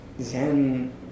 Zen